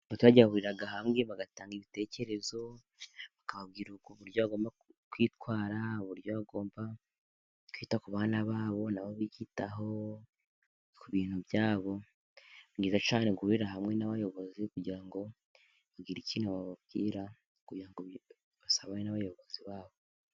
Abatage bahurira hamwe bagatanga ibitekerezo, bakababwira uko uburyo bagomba kwitwara, uburyo bagomba kwita ku bana babo, nabo bakiyitaho, ku bintu byabo, ni byiza cyane gurira hamwe n'abayobozi, kugira ngo bagire icyo bababwira, basabane n'abayobozi babo.